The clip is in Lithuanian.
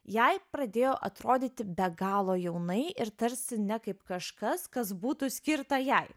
jai pradėjo atrodyti be galo jaunai ir tarsi ne kaip kažkas kas būtų skirta jai